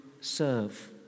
serve